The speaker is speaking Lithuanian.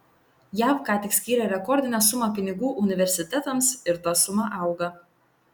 jav ką tik skyrė rekordinę sumą pinigų universitetams ir ta suma auga